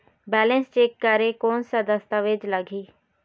Balance check करें कोन सा दस्तावेज लगी?